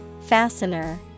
fastener